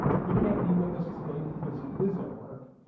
he can't be with us today because he is at work,